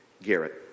Garrett